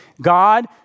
God